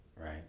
right